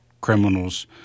criminals